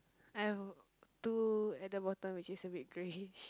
I've two at the bottom which is a bit greyish